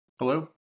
Hello